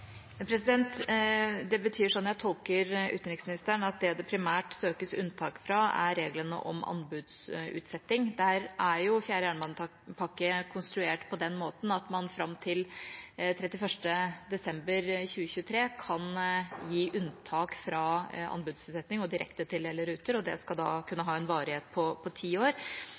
Det betyr, slik jeg tolker utenriksministeren, at det det primært søkes unntak fra, er reglene om anbudsutsetting. Der er fjerde jernbanepakke konstruert på den måten at man fram til 31. desember 2023 kan gi unntak fra anbudsutsetting og direktetildele ruter, og det skal kunne ha en varighet på ti år.